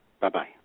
Bye-bye